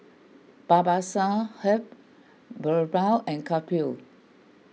Babasaheb Birbal and Kapil